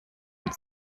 und